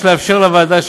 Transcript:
יש לאפשר לוועדה,